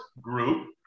group